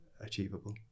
achievable